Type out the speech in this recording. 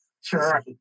Sure